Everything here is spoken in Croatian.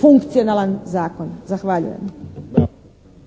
funkcionalan zakon. Zahvaljujem.